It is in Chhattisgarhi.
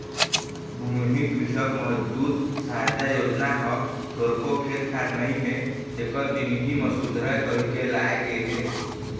भूमिहीन कृसक मजदूर सहायता योजना ह थोरको खेत खार नइ हे तेखर जिनगी ह सुधरय कहिके लाए गे हे